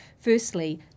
firstly